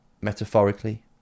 metaphorically